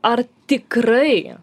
ar tikrai